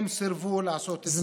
הם סירבו לעשות הסכם.